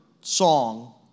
song